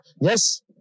Yes